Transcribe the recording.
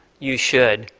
you should.